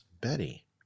Betty